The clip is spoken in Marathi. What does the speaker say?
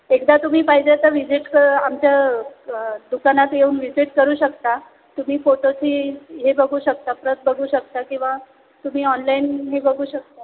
एकदा तुम्ही पाहिजे तर विजिट आमच्या दुकानात येऊन व्हिजिट करू शकता तुम्ही फोटोची हे बघू शकता प्रत बघू शकता किंवा तुम्ही ऑनलाईन हे बघू शकता